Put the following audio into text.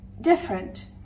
different